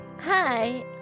Hi